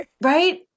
Right